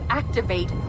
activate